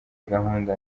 gahunda